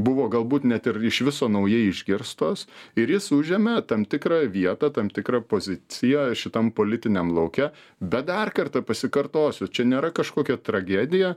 buvo galbūt net ir iš viso naujai išgirstos ir jis užėmė tam tikrą vietą tam tikrą poziciją šitam politiniam lauke bet dar kartą pasikartosiu čia nėra kažkokia tragedija